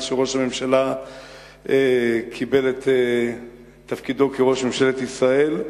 שראש הממשלה קיבל את תפקידו כראש ממשלת ישראל,